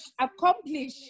Accomplish